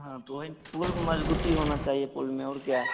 हाँ तो वही पुल मज़बूत होना चाहिए पुल में और क्या